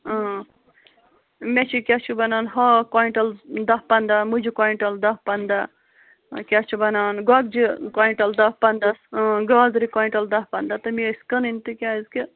مےٚ چھِ کیٛاہ چھُ وَنان ہاکھ کۅینٛٹَل دَہ پَنٛداہ مُجہِ کۅیِنٛٹَل دَہ پَنٛداہ کیٛاہ چھِ وَنان گۄگجہِ کۅینٛٹَل دَہ پَنٛدَاہ گازرِ کۅیِنٛٹَل دَہ پَنٛداہ تہٕ مےٚ ٲسۍ کٕنٕنۍ تِکیٛازِ کہِ